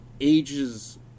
ages